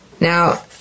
Now